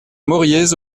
moriez